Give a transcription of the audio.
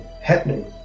happening